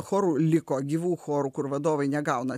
chorų liko gyvų chorų kur vadovai negauna